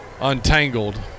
untangled